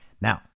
Now